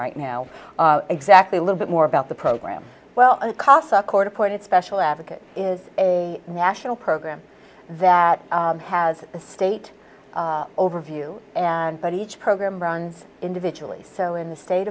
right now exactly a little bit more about the program well the costs of court appointed special advocate is a national program that has a state overview and but each program runs individually so in the state